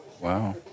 Wow